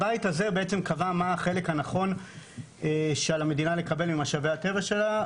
הבית הזה קבע מה החלק הנכון שעל המדינה לקבל ממשאבי הטבע שלה,